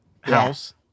house